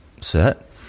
set